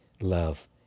love